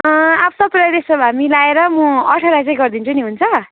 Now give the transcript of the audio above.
अँ चाहिँ त्यसो भए मिलाएर म अठार चाहिँ गरिदिन्छु नि हुन्छ